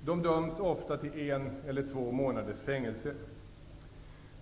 Dessa döms ofta till en eller två månaders fängelse.